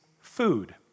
food